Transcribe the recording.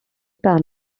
par